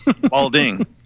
Balding